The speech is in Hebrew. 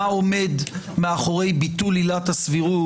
מה עומד מאחורי ביטול עילת הסבירות,